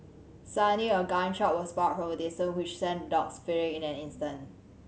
suddenly a gun shot was fired from a distance which sent the dogs fleeing in an instant